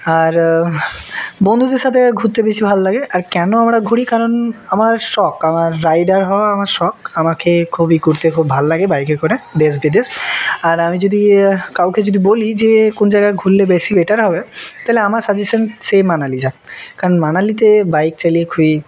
আর বন্ধুদের সাথে ঘুরতে বেশি ভালো লাগে আর কেন আমরা ঘুরি কারণ আমার শখ আমার রাইডার হওয়া আমার শখ আমাকে খুবই ঘুরতে খুব ভালো লাগে বাইকে করে দেশ বিদেশ আর আমি যদি কাউকে যদি বলি যে কোন জায়গায় ঘুরলে বেশি বেটার হবে তাহলে আমার সাজেশান সেই মানালি যাক কারণ মানালিতে বাইক চালিয়ে খুবই